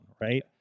right